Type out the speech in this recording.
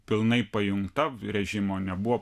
pilnai pajungta režimo nebuvo